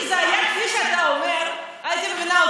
אם זה היה כפי שאתה אומר, הייתי מבינה.